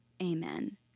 Amen